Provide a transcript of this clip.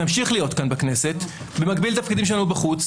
ונמשיך להיות כאן בכנסת במקביל לתפקידים שלנו בחוץ